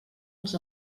els